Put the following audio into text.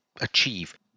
achieve